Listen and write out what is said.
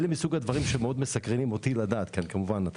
ומאוד מעניין אותי לדעת מה